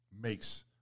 makes